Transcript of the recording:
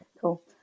Cool